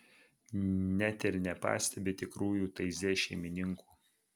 net ir nepastebi tikrųjų taize šeimininkų